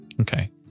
Okay